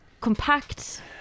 compact